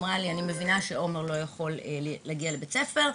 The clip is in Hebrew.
שאמרה לי שהיא מבינה שעומר לא יכול להגיע לבית ספר,